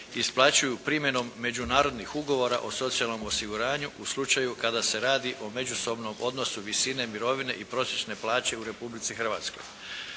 isplaćuju primjenom međunarodnih ugovora o socijalnom osiguranju u slučaju kada se radi o međusobnom odnosu visine mirovine i prosječne plaće u Republici Hrvatskoj.